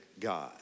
God